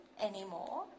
anymore